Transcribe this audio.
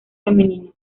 femenino